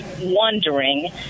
wondering